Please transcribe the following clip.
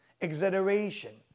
exaggeration